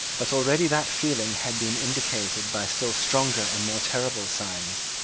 but already that feeling had been indicated by still stronger and more terrible signs.